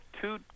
two